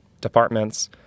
departments